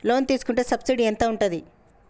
Loan తీసుకుంటే subsidy ఎంత ఉంటది?